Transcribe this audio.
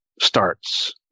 starts